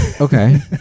okay